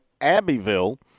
Abbeville